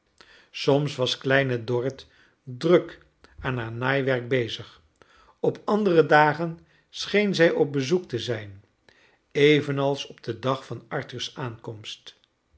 soms was kleine dorrit druk aan haar naaiwerk bezig op andere dagen scheen zij op bezoek te zijn evenals op den dag van arthur's aankomst